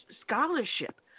scholarship